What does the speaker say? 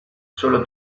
solo